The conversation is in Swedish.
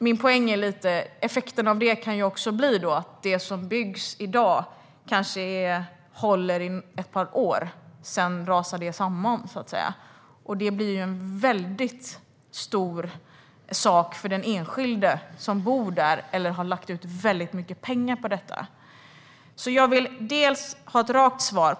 Min poäng är att effekten av det kan bli att det som byggs i dag bara håller i ett par år, och sedan rasar det samman. Det blir en stor sak för den enskilde som bor där och ha lagt mycket pengar på det. Jag vill ha ett rakt svar.